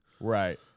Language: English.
right